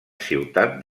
ciutat